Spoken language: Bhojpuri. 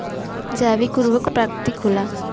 जैविक उर्वरक प्राकृतिक होला